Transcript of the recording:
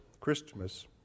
Christmas